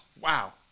Wow